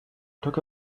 took